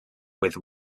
with